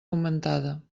augmentada